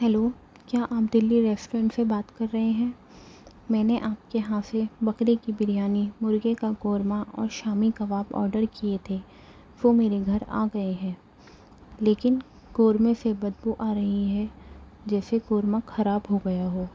hello کیا آپ Delhi restaurant سے بات کر رہے ہیں میں نے آپ کے ہاں سے بکرے کی بریانی مرغے کا قورمہ اور شامی کباب آرڈر کیے تھے وہ میرے گھر آ گئے ہیں لیکن قورمے سے بدبو آ رہی ہے جیسے قورمہ خراب ہو گیا ہو